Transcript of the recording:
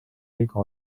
liiga